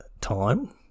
Time